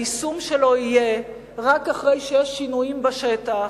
היישום שלו יהיה רק אחרי שיש שינויים בשטח.